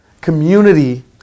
Community